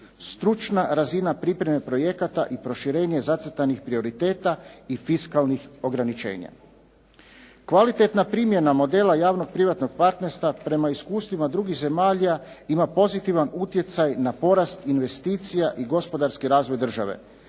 Stručna razina pripreme projekata i proširenje zacrtanih prioriteta i fiskalnih ograničenja. Kvalitetna primjena modela javnog privatnog partnerstva prema iskustvima drugih zemalja ima pozitivan utjecaj na porast investicija i gospodarski razvoj države.